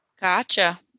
Gotcha